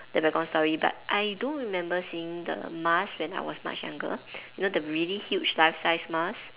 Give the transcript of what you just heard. the background story but I do remember seeing the mask when I was much younger you know the really huge life sized mask